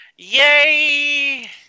Yay